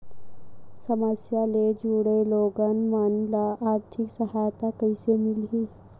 समस्या ले जुड़े लोगन मन ल आर्थिक सहायता कइसे मिलही?